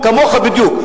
כמוך בדיוק.